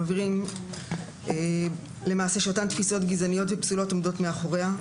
למעשה מבהירים שאותן תפיסות גזעניות ופסולות עומדות מאחוריה.